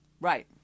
Right